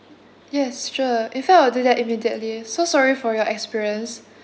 yes sure in fact I'll do that immediately so sorry for your experience